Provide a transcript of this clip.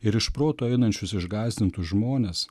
ir iš proto einančius išgąsdintus žmones